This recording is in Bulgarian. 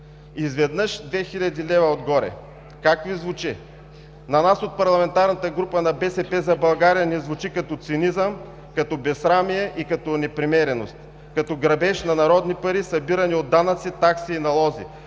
Изведнъж 2000 лв. отгоре! Как Ви звучи? На нас от парламентарната група „БСП за България“ ни звучи като цинизъм, като безсрамие и като непремереност, като грабеж на народни пари, събирани от данъци, такси и налози,